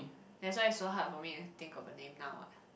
that's why it's so hard for me to think of a name now what